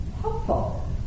helpful